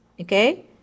Okay